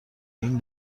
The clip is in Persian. این